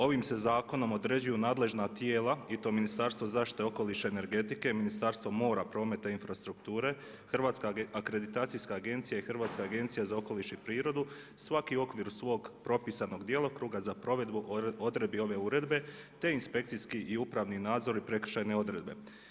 Ovim se zakonom određuju nadležna tijela i to Ministarstvo zaštite okoliša i energetike, Ministarstvo mora, prometa i infrastrukture, Hrvatska akreditacijska agencija i Hrvatska agencija za okoliš i prirodu svaki u okviru svog propisanog djelokruga za provedbu odredbi ove uredbe te inspekcijski i upravni nadzor i prekršajne odredbe.